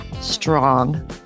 strong